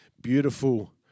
beautiful